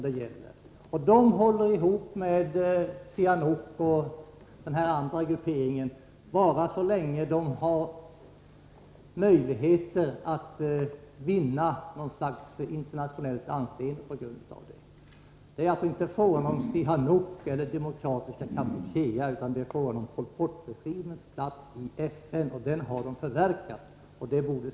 Den gruppen håller ihop med Sihanouk och den här andra grupperingen bara så länge de har möjlighet att vinna något slags internationellt anseende på grund av detta. Det här handlar alltså inte om Sihanouk eller Demokratiska Kampuchea, utan om Pol Pot-regimens plats i FN. Den har man förverkat rätten till.